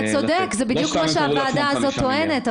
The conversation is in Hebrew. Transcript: אתה צודק, זה בדיוק מה שהוועדה הזאת טוענת.